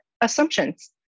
assumptions